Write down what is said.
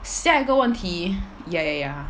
下一个问题 ya ya ya